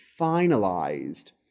finalized